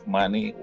money